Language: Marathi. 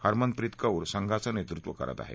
हरमनप्रीत कौर संघाचं नेतृत्व करत आहे